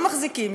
לא מחזיקים,